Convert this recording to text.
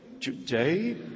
today